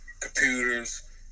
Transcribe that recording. computers